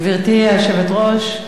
גברתי היושבת-ראש,